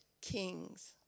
kings